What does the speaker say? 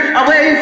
away